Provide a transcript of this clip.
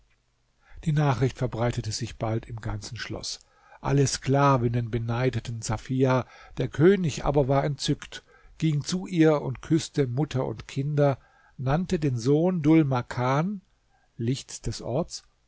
die nachricht verbreitete sich bald im ganzen schloß alle sklavinnen beneideten safia der könig aber war entzückt ging zu ihr und küßte mutter und kinder nannte den sohn dhul makan